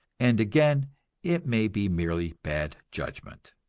and again it may be merely bad judgment.